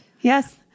Yes